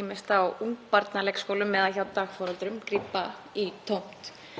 ýmist á ungbarnaleikskólum eða hjá dagforeldrum, grípa í tómt.